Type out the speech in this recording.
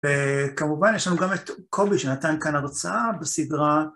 וכמובן, יש לנו גם את קובי שנתן כאן הרצאה בסדרה...